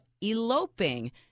eloping